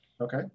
Okay